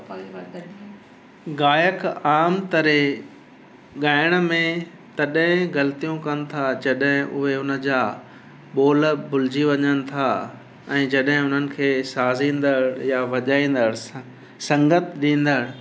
गायक आम तरह ॻायण में तॾहिं ग़लतियूं कनि था जॾहिं उहे हुनजा ॿोल भुलिजी वञनि था ऐं जॾहिं उन्हनि खे साजीदड़ या वॼाईंदड़ स संगत ॾींदड़